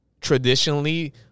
traditionally